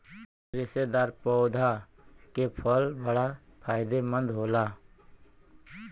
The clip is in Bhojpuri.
रेशेदार पौधा के फल बड़ा फायदेमंद होला